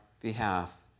behalf